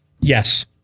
Yes